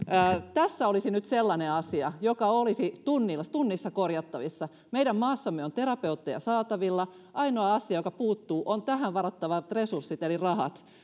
tässä olisi nyt sellainen asia joka olisi tunnissa korjattavissa meidän maassamme on terapeutteja saatavilla ja ainoa asia joka puuttuu on tähän varattavat resurssit eli rahat